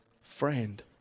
friend